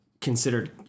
considered